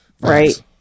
right